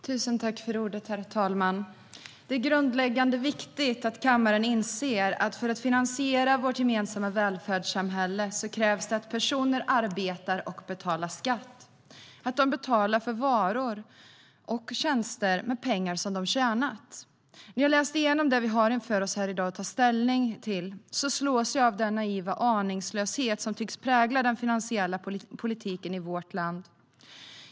Herr talman! Det är grundläggande och viktigt att kammaren inser att det för att finansiera vårt gemensamma välfärdssamhälle krävs att personer arbetar och betalar skatt. Det krävs att de betalar för varor och tjänster med pengar de har tjänat. När jag läser igenom det vi har att ta ställning till här i dag slås jag av den naiva aningslöshet som tycks prägla den finansiella politiken i vårt land.